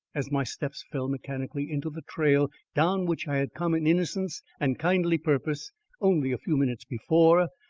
as my steps fell mechanically into the trail down which i had come in innocence and kindly purpose only a few minutes before,